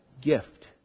gift